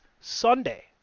Sunday